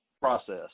process